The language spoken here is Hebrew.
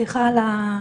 סליחה על זה,